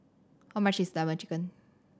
how much is Lemon Chicken